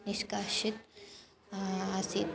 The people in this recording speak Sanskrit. निष्कासितम् आसीत्